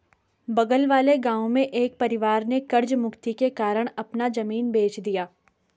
बगल वाले गांव में एक परिवार ने कर्ज मुक्ति के कारण अपना जमीन बेंच दिया